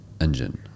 engine